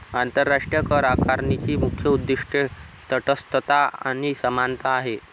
आंतरराष्ट्रीय करआकारणीची मुख्य उद्दीष्टे तटस्थता आणि समानता आहेत